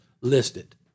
listed